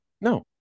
No